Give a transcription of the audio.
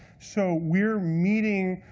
so we're meeting,